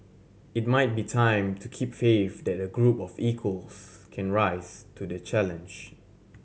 it might be time to keep faith that a group of equals can rise to the challenge